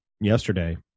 yesterday